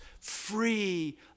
free